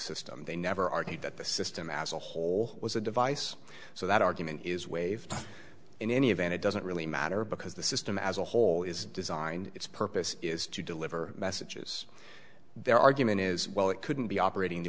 system they never argued that the system as a whole was a device so that argument is waived in any event it doesn't really matter because the system as a whole is designed it's purpose is to deliver messages their argument is well it couldn't be operating the